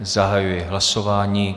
Zahajuji hlasování.